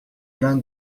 plein